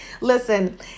Listen